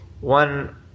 one